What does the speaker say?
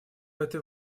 этой